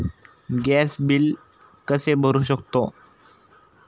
Gas bill कसे भरू शकतो?